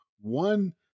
one